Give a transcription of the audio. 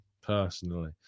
personally